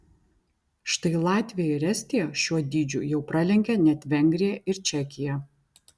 štai latvija ir estija šiuo dydžiu jau pralenkė net vengriją ir čekiją